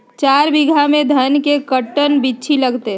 चार बीघा में धन के कर्टन बिच्ची लगतै?